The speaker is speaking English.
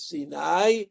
Sinai